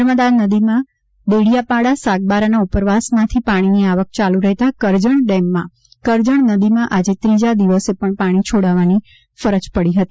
નર્મદા નદીમાં દેડીયાપાડા સાગબારા ના ઉપરવાસમાંથી પાણીની આવક ચાલુ રહેતા કરજણ ડેમમાંથી કરજણ નદીમાં આજે ત્રીજા દિવસે પણ પાણી છોડવાની ફરજ પડી હતી